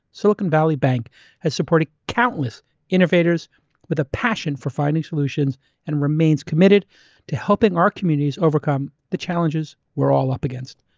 silicon valley bank has supported countless innovators with a passion for finding solutions and remains committed to helping our communities overcome the challenges we're all up against